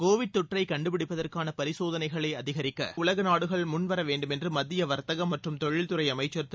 Covid தொற்றைக் கண்டுபிடிப்பதற்கான பரிசோதனைகளை அதிகரிக்க உலக நாடுகள் முன் வரவேண்டும் என்று மத்திய வர்த்தகம் மற்றும் தொழில்துறை அமைச்சர் திரு